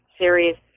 serious